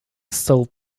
still